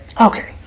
Okay